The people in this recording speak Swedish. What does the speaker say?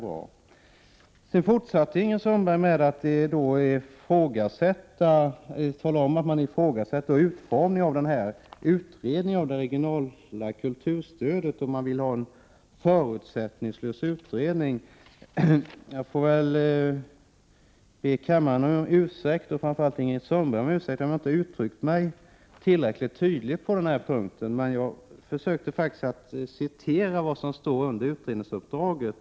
Sedan fortsatte Ingrid Sundberg med att tala om att man ifrågasatt utformningen av utredningen av det regionala kulturstödet; man vill ha en förutsättningslös utredning. Jag får väl be kammaren och framför allt Ingrid Sundberg om ursäkt om jag inte uttryckt mig tillräckligt tydligt på den punkten. Jag försökte faktiskt citera vad som står i betänkandet om utredningsuppdraget.